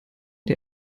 der